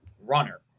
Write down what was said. runner